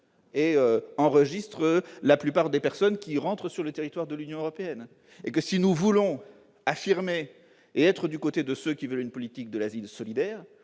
et enregistre la plupart des personnes qui entrent sur le territoire de l'Union européenne. Si nous voulons être du côté de ceux qui veulent une politique de l'asile solidaire